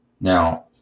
now